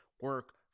Work